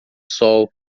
sol